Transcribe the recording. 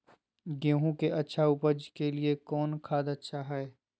गेंहू के अच्छा ऊपज के लिए कौन खाद अच्छा हाय?